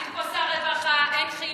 אין פה שר רווחה, אין חינוך.